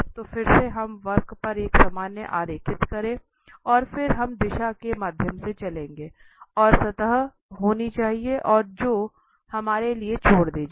तो फिर से हम वक्र पर एक सामान्य आरेखित करें और फिर हम दिशा के माध्यम से चलेंगे और यह सतह होनी चाहिए जो हमारे लिए छोड़ दी जाए